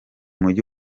mujyi